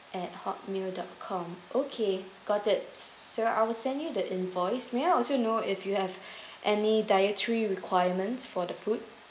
at hotmail dot com okay got it sir I will send you the invoice may I also know if you have any dietary requirements for the food